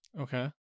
Okay